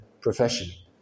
profession